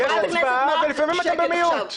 חברת הכנסת מארק, שקט עכשיו.